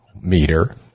meter